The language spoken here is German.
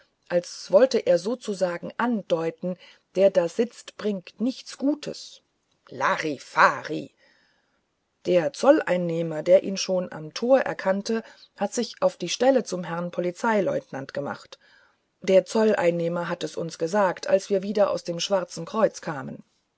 als wollte er sozusagen andeuten der da sitzt bringt nichts gutes larifari der zolleinnehmer der ihn schon am tor erkannte hat sich auf der stelle zum herrn polizeileutnant gemacht der zolleinnehmer hat es uns gesagt als wir wieder aus dem schwarzen kreuz kamen